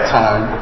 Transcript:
time